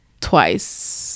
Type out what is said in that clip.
Twice